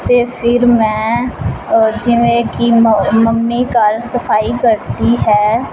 ਅਤੇ ਫਿਰ ਮੈਂ ਜਿਵੇਂ ਕਿ ਮ ਮੰਮੀ ਘਰ ਸਫਾਈ ਕਰਦੀ ਹੈ